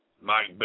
Mike